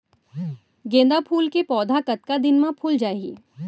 गेंदा फूल के पौधा कतका दिन मा फुल जाही?